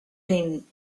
him